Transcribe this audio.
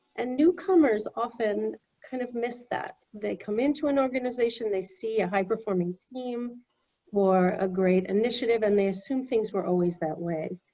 and newcomers often kind of miss that. they come into an organization, they see a high performing team or a great initiative, and they assume things were always that way.